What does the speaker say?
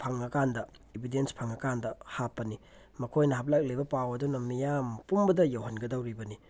ꯐꯪꯉꯀꯥꯟꯗ evidence ꯐꯪꯉꯀꯥꯟꯗ ꯍꯥꯞꯄꯅꯤ ꯃꯈꯣꯏꯅ ꯍꯥꯞꯂꯛꯂꯤꯕ ꯄꯥꯎ ꯑꯗꯨꯅ ꯃꯤꯌꯥꯝ ꯄꯨꯝꯕꯗ ꯌꯧꯍꯟꯒꯗꯧꯔꯤꯕꯅꯤ